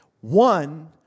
One